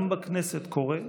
גם בכנסת קורה,